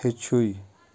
ہیٚچھِو